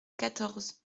quatorze